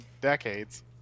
decades